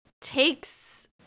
takes